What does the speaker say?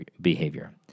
behavior